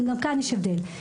גם כאן יש הבדל.